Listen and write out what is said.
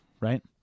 right